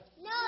No